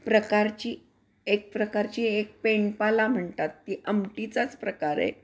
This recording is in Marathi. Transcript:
प्रकारची एक प्रकारची एक पेंडपाला म्हणतात ती आमटीचाच प्रकार आहे